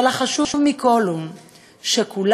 אבל החשוב מכול הוא שכולם,